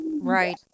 Right